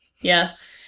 Yes